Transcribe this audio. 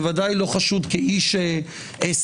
ודאי לא חשוד כאיש שמאל.